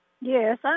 Yes